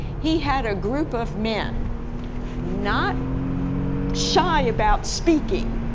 he had a group of men not shy about speaking,